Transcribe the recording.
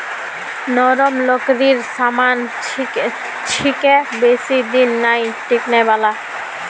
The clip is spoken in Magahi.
नरम लकड़ीर सामान छिके बेसी दिन नइ टिकने वाला